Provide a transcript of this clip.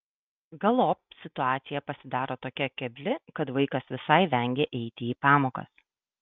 galop situacija pasidaro tokia kebli kad vaikas visai vengia eiti į pamokas